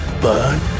burn